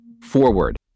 Forward